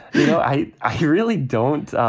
you know, i i really don't.